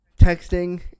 texting